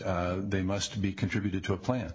they must be contributed to a plan